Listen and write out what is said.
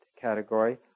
category